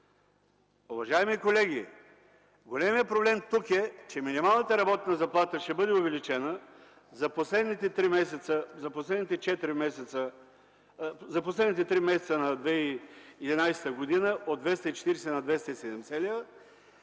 Уважаеми колеги, големият проблем тук е, че минималната работна заплата ще бъде увеличена за последните три месеца на 2011 г. от 240 на 270 лв.,